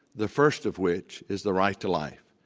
the first of which is the right to life.